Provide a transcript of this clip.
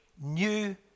new